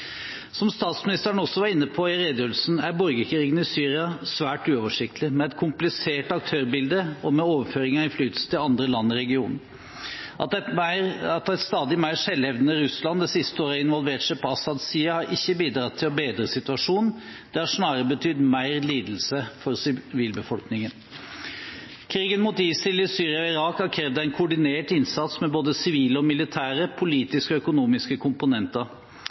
Som statsministeren også var inne på i redegjørelsen, er borgerkrigen i Syria svært uoversiktlig, med et komplisert aktørbilde og med overføring av innflytelse til andre land i regionen. At et stadig mer selvhevdende Russland det siste året har involvert seg på Assads side, har ikke bidratt til å bedre situasjonen. Det har snarere betydd mer lidelse for sivilbefolkningen. Krigen mot ISIL i Syria og Irak har krevd en koordinert innsats med både sivile og militære, politiske og økonomiske komponenter.